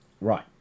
Right